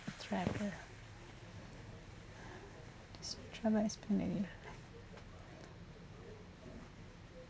travel ex~ travel experience